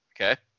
Okay